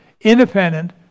independent